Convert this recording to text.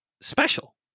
special